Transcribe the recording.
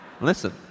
Listen